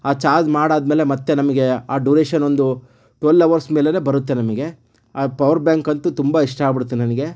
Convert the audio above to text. ಆ ಚಾರ್ಜ್ ಮಾಡಾದ ಮೇಲೆ ಮತ್ತೆ ನಮಗೆ ಆ ಡ್ಯುರೇಷನ್ ಒಂದು ಟ್ವೆಲ್ ಹವರ್ಸ್ ಮೇಲೆಯೇ ಬರುತ್ತೆ ನಮಗೆ ಆ ಪವರ್ಬ್ಯಾಂಕಂತೂ ತುಂಬ ಇಷ್ಟ ಆಗ್ಬಿಡ್ತು ನನಗೆ